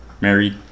married